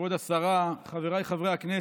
כבוד השרה, חבריי חברי הכנסת,